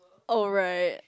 alright